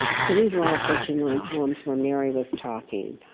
so these are all fourteen line poems where mary was talking.